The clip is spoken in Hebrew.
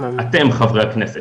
אתם חברי הכנסת.